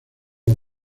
los